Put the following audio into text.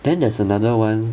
then there's another one